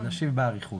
אנחנו נשיב באריכות.